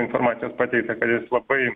informacijos pateikta kad jis labai